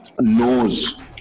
knows